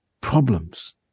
problems